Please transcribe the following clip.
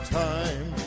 time